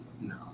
No